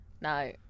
no